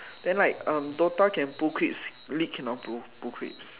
then like DOTA can pull creeps league cannot pull creeps